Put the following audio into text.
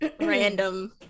random